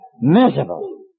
Miserable